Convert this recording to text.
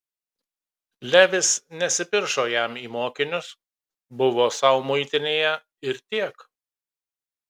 levis nesipiršo jam į mokinius buvo sau muitinėje ir tiek